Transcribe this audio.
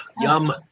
Yum